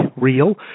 real